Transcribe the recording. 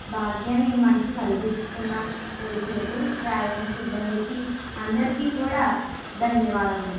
భాగ్యాన్ని మనకి కల్పిస్తున్న పోలీసులకు ట్రావెలింగ్ సిబ్బందికి అందరికి కూడా ధన్యవాదములు